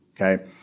okay